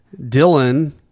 Dylan